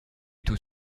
tout